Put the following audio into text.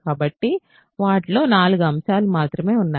కాబట్టి వాటిలో 4 అంశాలు మాత్రమే ఉన్నాయి